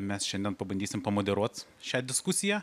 mes šiandien pabandysim pamodeliuot šią diskusiją